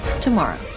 tomorrow